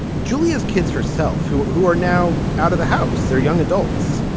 julia's kids herself, who who are now out of the house, they're young adults,